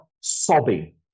sobbing